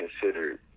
considered